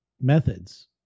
methods